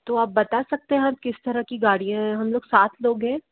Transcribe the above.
तो आप बता सकते हैं किस तरह की गाड़ियां हैं हम लोग सात लोग है